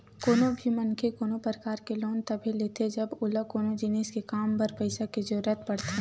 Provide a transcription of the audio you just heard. कोनो भी मनखे कोनो परकार के लोन तभे लेथे जब ओला कोनो जिनिस के काम बर पइसा के जरुरत पड़थे